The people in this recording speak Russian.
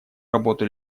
работу